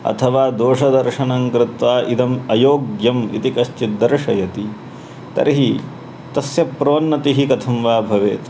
अथवा दोषदर्शनं कृत्वा इदम् अयोग्यम् इति कश्चिद् दर्शयति तर्हि तस्य प्रोन्नतिः कथं वा भवेत्